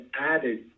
added